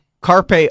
Carpe